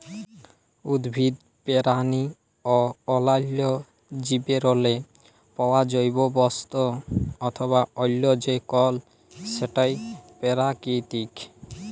উদ্ভিদ, পেরানি অ অল্যাল্য জীবেরলে পাউয়া জৈব বস্তু অথবা অল্য যে কল সেটই পেরাকিতিক